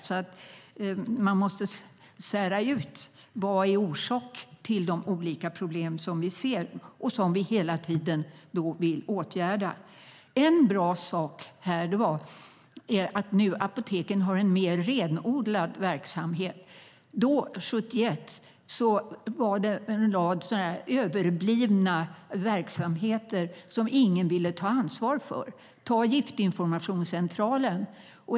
Man måste särskilja vad som är orsak till de olika problem vi ser och som vi vill åtgärda. En bra sak är att apoteken nu har en mer renodlad verksamhet. Då, 1971, fanns en rad överblivna verksamheter som ingen ville ta ansvar för, till exempel Giftinformationscentralen.